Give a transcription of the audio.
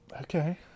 Okay